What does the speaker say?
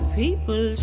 people